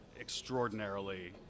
extraordinarily